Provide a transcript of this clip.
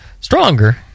stronger